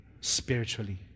spiritually